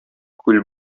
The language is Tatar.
күл